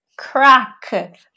Crack